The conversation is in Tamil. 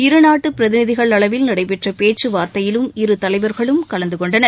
இரு நாட்டு பிரதிநிதிகள் அளவில் நடைபெற்ற பேச்சு வார்த்தையிலும் இரு தலைவர்களும் கலந்து கொண்டனர்